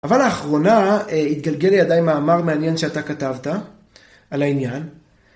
אבל האחרונה התגלגל לידיי מאמר מעניין שאתה כתבת על העניין.